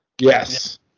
Yes